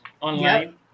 online